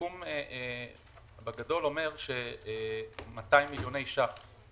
הסיכום אומר בגדול ש-200 מיליון שקלים